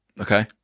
Okay